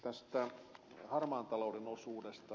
tästä harmaan talouden osuudesta